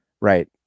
Right